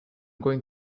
going